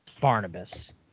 barnabas